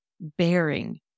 bearing